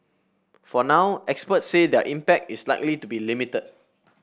for now experts say their impact is likely to be limited